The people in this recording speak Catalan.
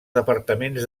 departaments